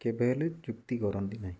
କେବେ ହେଲେ ଯୁକ୍ତି କରନ୍ତି ନାହିଁ